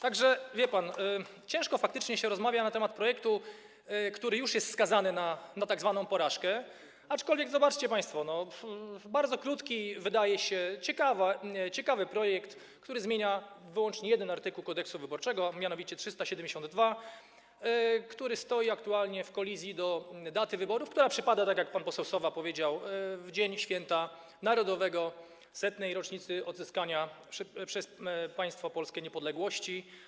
Tak że, wie pan, faktycznie ciężko się rozmawia na temat projektu, który już jest skazany na tzw. porażkę, aczkolwiek zobaczcie państwo, jest to bardzo krótki, wydaje się, ciekawy projekt, który zmienia wyłącznie jeden artykuł Kodeksu wyborczego, mianowicie art. 372, który jest aktualnie w kolizji z datą wyborów, która przypada, jak pan poseł Sowa powiedział, w dzień święta narodowego, w 100. rocznicę odzyskania przez państwo polskie niepodległości.